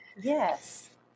Yes